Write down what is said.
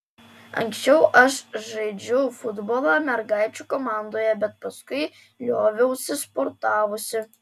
anksčiau aš žaidžiau futbolą mergaičių komandoje bet paskui lioviausi sportavusi